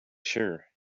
sure